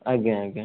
ଆଜ୍ଞା ଆଜ୍ଞା